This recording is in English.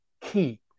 key